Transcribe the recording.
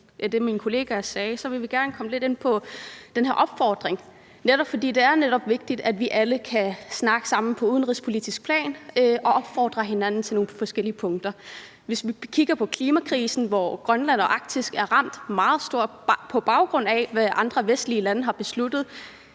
af det, min kollega sagde, vil vi gerne komme lidt ind på den her opfordring, netop fordi det er vigtigt, at vi alle kan snakke sammen på udenrigspolitisk plan og opfordre hinanden til nogle forskellige punkter. Hvis man kigger på klimakrisen, hvor Grønland og Arktis er ramt meget hårdt, på baggrund af hvad andre vestlige lande har besluttet,